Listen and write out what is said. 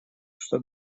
что